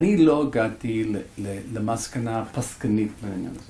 אני לא הגעתי למסקנה הפסקנית בניהם.